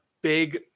big